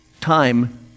Time